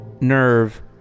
nerve